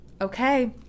Okay